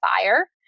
fire